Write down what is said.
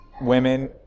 women